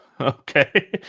Okay